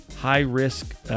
high-risk